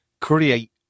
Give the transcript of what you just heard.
create